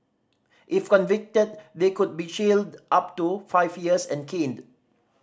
if convicted they could be jailed up to five years and caned